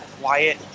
quiet